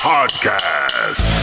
Podcast